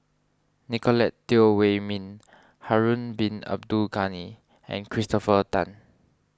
Nicolette Teo Wei Min Harun Bin Abdul Ghani and Christopher Tan